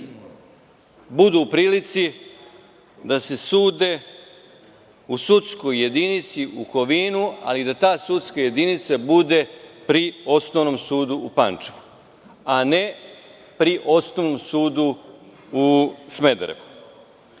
budu u prilici da se sude u sudskoj jedinici u Kovinu, ali da ta sudska jedinica bude pri Osnovnom sudu u Pančevu, a ne pri osnovnom sudu u Smederevu. Moram